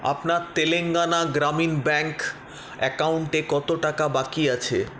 আপনার তেলেঙ্গানা গ্রামীণ ব্যাংক অ্যাকাউন্টে কতো টাকা বাকি আছে